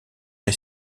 est